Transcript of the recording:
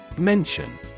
Mention